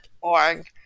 org